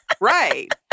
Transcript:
Right